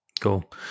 Cool